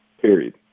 period